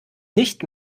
nicht